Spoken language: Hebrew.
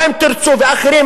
כמו "אם תרצו" ואחרים,